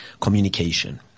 communication